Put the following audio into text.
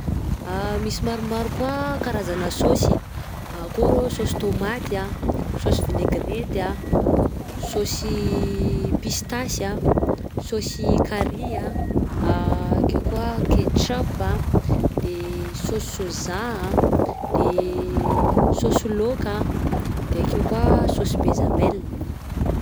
Misy maromaro koa karazana saosy: Ao kô rô saosy tômaty a, saosy vinaigrety a, saosy pistasy a, saosy kary ke koa ketchupy, de saosy sóza, de saosy lôka, de ake koa saosy bezamela.